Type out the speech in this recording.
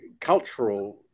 cultural